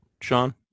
Sean